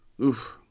Oof